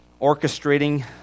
orchestrating